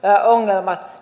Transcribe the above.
ongelmat